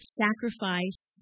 sacrifice